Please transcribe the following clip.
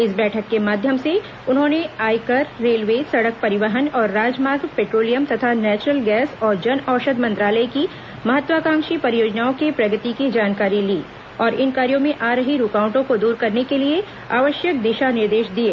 इस बैठक के माध्यम से उन्होंने आयकर रेलवे सड़क परिवहन और राजमार्ग पेट्रोलियम तथा नेचुरल गैस और जनऔषद मंत्रालय की महत्वाकांक्षी परियोजनाओं के प्रगति की जानकारी ली और इन कार्यो में आ रही रूकावटों को दूर करने के लिए आवश्यक दिशा निर्देश दिए